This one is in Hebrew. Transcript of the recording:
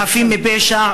חפים מפשע,